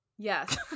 yes